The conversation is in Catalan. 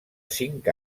cinc